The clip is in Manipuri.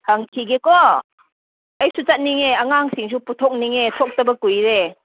ꯍꯪ ꯈꯤꯒꯦꯀꯣ ꯑꯩꯁꯨ ꯆꯠꯅꯤꯡꯉꯦ ꯑꯉꯥꯡꯁꯤꯡꯁꯨ ꯄꯨꯊꯣꯛꯅꯤꯡꯉꯦ ꯊꯣꯛꯇꯕ ꯀꯨꯏꯔꯦ